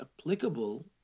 applicable